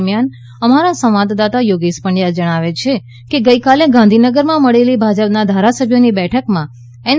દરમિયાન અમારા સંવાદદાતા યોગેશ પંડ્યા જણાવે છે કે ગઈકાલે ગાંધીનગરમાં મળેલી ભાજપના ધારાસભ્યોની બેઠકમાં એન